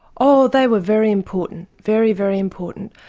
oh, they were very important, very, very important.